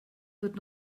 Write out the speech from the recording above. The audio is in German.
wird